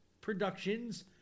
productions